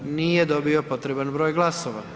Nije dobio potreban broj glasova.